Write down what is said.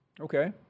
Okay